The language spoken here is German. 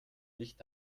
nicht